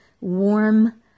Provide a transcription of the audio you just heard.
warm